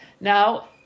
Now